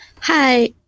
Hi